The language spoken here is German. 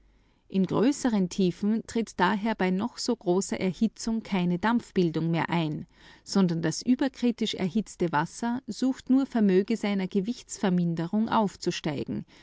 in größeren tiefen tritt also bei noch so großer erhitzung keine dampfbildung mehr ein sondern das überkritisch erhitzte wasser sucht nur vermöge seiner gewichtsverminderung aufzusteigen